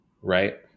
right